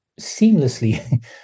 seamlessly